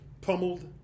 pummeled